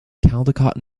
caldecott